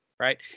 Right